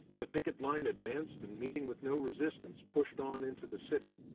the picket line advanced and meeting with no resistance pushed on into the city.